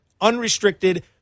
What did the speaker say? unrestricted